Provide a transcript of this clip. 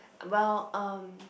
well um